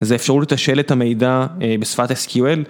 זה אפשרות לתשאל את המידע בשפת SQL